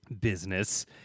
business